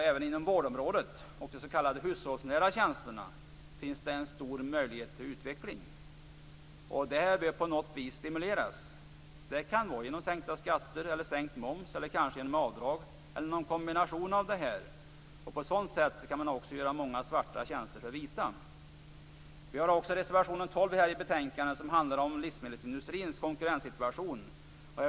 Även inom vårdområdet och bland de s.k. hushållsnära tjänsterna finns en stor möjlighet till utveckling. Det här behöver på något vis stimuleras. Det kan vara genom sänkta skatter eller sänkt moms, kanske genom avdrag eller genom någon kombination av olika åtgärder. På så sätt kan man också omvandla många svarta tjänster till vita. Reservation 12 i betänkandet handlar om livsmedelsindustrins konkurrenssituation.